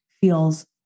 feels